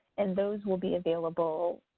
and those will be available,